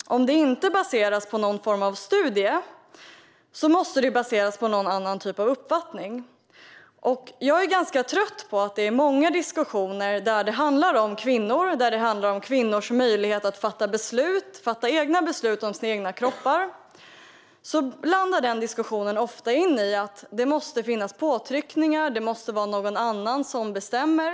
Om denna åsikt inte baseras på någon form av studie måste den ju baseras på någon annan typ av uppfattning. Jag är ganska trött på att många diskussioner som handlar om kvinnor och om kvinnors möjlighet att fatta egna beslut om sin egen kropp landar i att det måste finnas påtryckningar och att det måste vara någon annan som bestämmer.